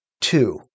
two